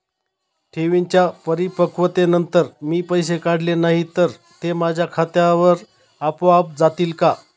ठेवींच्या परिपक्वतेनंतर मी पैसे काढले नाही तर ते माझ्या खात्यावर आपोआप जातील का?